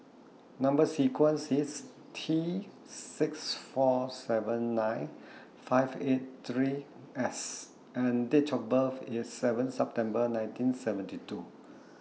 Number sequence IS T six four seven nine five eight three S and Date of birth IS seven September nineteen seventy two